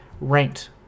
ranked